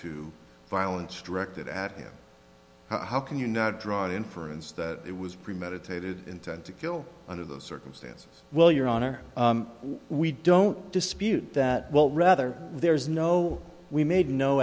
to violence directed at him how can you not draw an inference that it was premeditated intent to kill under the circumstances well your honor we don't dispute that well rather there is no we made no